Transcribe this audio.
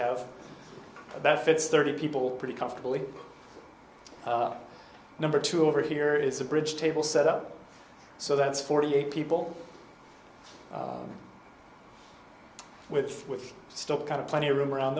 have that fits thirty people pretty comfortably number two over here it's a bridge table set up so that's forty eight people with with still kind of plenty of room around